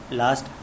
last